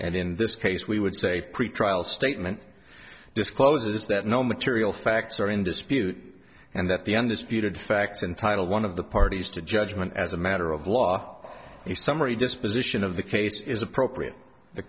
and in this case we would say pretrial statement discloses that no material facts are in dispute and that the undisputed facts entitle one of the parties to judgment as a matter of law the summary disposition of the case is appropriate the